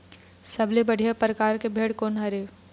सबले बढ़िया परकार के भेड़ कोन हर ये?